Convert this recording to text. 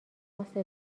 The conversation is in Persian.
عاصف